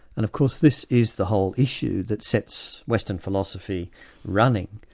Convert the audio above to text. and of course this is the whole issue that sets western philosophy running,